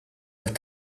għat